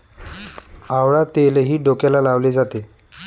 आवळा तेलही डोक्याला लावले जाते